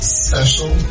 special